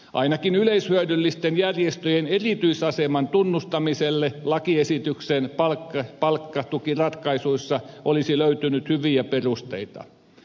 ainakin yleishyödyllisten järjestöjen erityisaseman tunnustamiselle lakiesityksen palkkatukiratkaisuissa olisi löytynyt hyviä perusteita